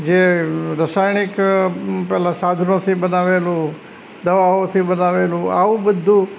જે રાસાયણિક પેલાં સાધનોથી બનાવેલું દવાઓથી બનાવેલું આવું બધુ